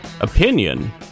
Opinion